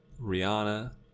Rihanna